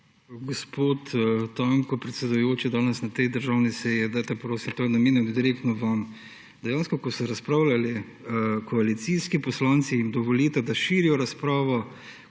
Gospod Tanko, predsedujoči danes na tej državni seji, dajte prosim, to je namenjeno direktno vam. Ko razpravljajo koalicijski poslanci, jim dovolite, da širijo razpravo,